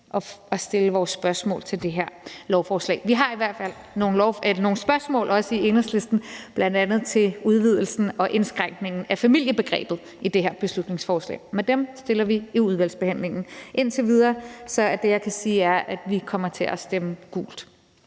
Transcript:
og stille vores spørgsmål til det her lovforslag. Vi har i hvert fald i Enhedslisten nogle spørgsmål, bl.a. til udvidelsen og indskrænkningen af familiebegrebet i det her beslutningsforslag, men dem stiller vi i udvalgsbehandlingen. Indtil videre er det, jeg kan sige, at vi kommer til at stemme gult.